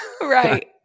Right